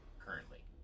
currently